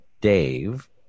Dave